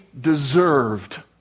deserved